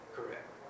Correct